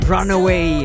Runaway